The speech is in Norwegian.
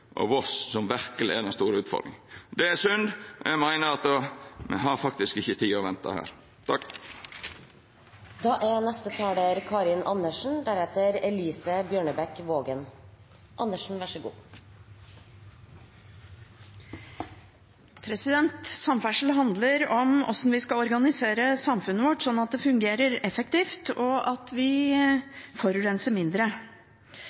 og Voss, som verkeleg er den store utfordringa. Det er synd. Eg meiner at me faktisk ikkje har tid til å venta. Samferdsel handler om hvordan vi skal organisere samfunnet vårt sånn at det fungerer effektivt, og at vi forurenser mindre. Da er det ganske spesielt å se at regjeringen kutter på bredbåndsatsingen. Det